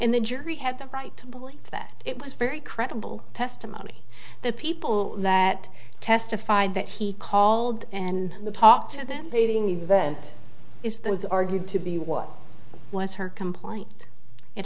and the jury had the right to believe that it was very credible testimony the people that testified that he called and the talked to them saving event is the argued to be what was her complaint it